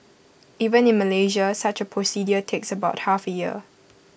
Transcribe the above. even in Malaysia such A procedure takes about half A year